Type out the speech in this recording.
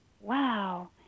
Wow